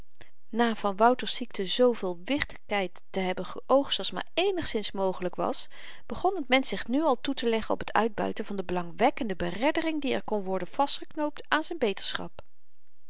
na van wouters ziekte zooveel wichtigkeit te hebben geoogst als maar eenigszins mogelyk was begon t mensch zich nu al toeteleggen op t uitbuiten van de belangwekkende bereddering die er kon worden vastgeknoopt aan z'n beterschap